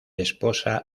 esposa